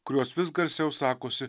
kurios vis garsiau sakosi